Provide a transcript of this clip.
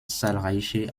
zahlreiche